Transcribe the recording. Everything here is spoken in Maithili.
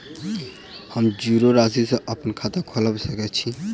हम जीरो राशि सँ अप्पन खाता खोलबा सकै छी?